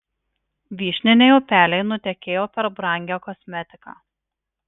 vyšniniai upeliai nutekėjo per brangią kosmetiką